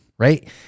right